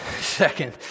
Second